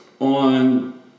on